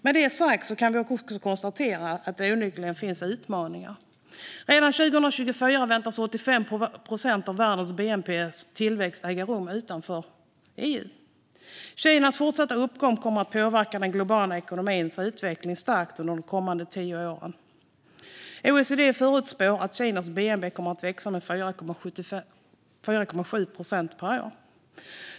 Med detta sagt kan jag också konstatera att det onekligen finns utmaningar. Redan 2024 väntas 85 procent av världens bnp-tillväxt äga rum utanför EU. Kinas fortsatta uppgång kommer att påverka den globala ekonomins utveckling starkt under de kommande tio åren. OECD förutspår att Kinas bnp kommer att växa med 4,7 procent per år.